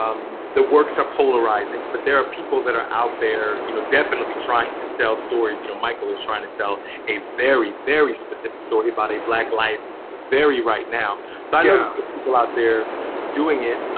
um the works are polarizing, but there are people that are out there, you know, definitely trying to tell stories, you know, michael was trying to tell a very, very specific story about a black life very right now. so i know yeah people out there doing it.